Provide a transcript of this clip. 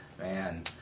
Man